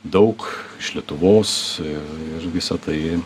daug iš lietuvos i ir visa tai